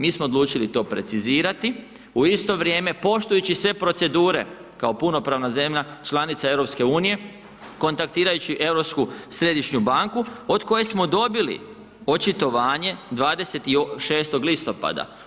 Mi smo odlučili to precizirati, u isto vrijeme poštujući sve procedure kao punopravna zemlja, članica EU, kontaktirajući Europsku središnju banku od koje smo dobili očitovanje 26. listopada.